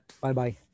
Bye-bye